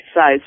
size